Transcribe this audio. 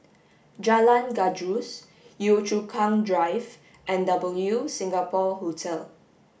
Jalan Gajus Yio Chu Kang Drive and W Singapore Hotel